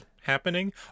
happening